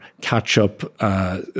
catch-up